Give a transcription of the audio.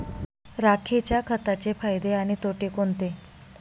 राखेच्या खताचे फायदे आणि तोटे कोणते?